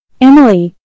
Emily